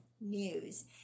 news